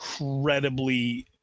incredibly